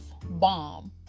bomb